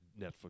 Netflix